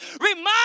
Remind